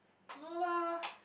no lah